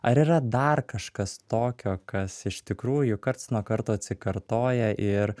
ar yra dar kažkas tokio kas iš tikrųjų karts nuo karto atsikartoja ir